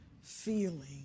feeling